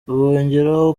bongeraho